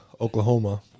Oklahoma